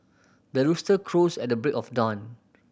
the rooster crows at the break of dawn